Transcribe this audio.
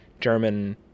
German